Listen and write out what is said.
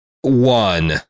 one